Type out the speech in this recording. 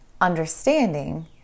understanding